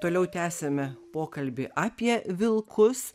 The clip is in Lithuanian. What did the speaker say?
toliau tęsiame pokalbį apie vilkus